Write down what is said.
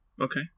okay